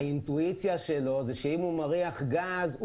האינטואיציה שלו זה שאם הוא מריח גז,